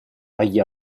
agli